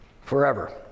forever